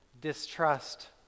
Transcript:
distrust